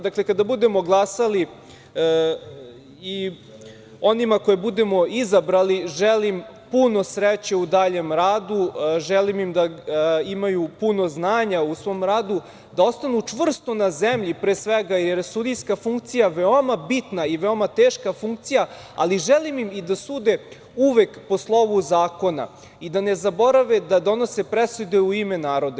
Dakle, kada budemo glasali, onima koje budemo izabrali želim puno sreće u daljem radu, želim im da imaju puno znanja u svom radu, da ostanu čvrsto na zemlji pre svega, jer je sudijska funkcija veoma bitna i veoma teška funkcija, ali želim i da sude uvek po slovu zakona i da ne zaborave da donose presude u ime naroda.